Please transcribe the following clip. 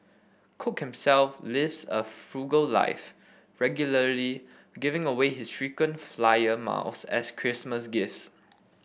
cook himself a frugal life regularly giving away his frequent flyer miles as Christmas gifts